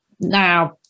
now